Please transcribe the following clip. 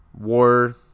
war